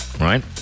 Right